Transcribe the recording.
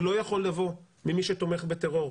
זה לא יכול לבוא ממי שתומך בטרור.